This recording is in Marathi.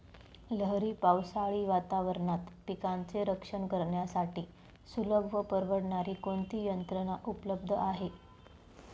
लहरी पावसाळी वातावरणात पिकांचे रक्षण करण्यासाठी सुलभ व परवडणारी कोणती यंत्रणा उपलब्ध आहे?